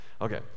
Okay